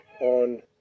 on